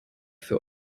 für